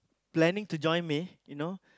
planing to join me you know